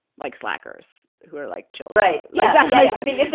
like slackers who are like chill, right? yeah, i mean,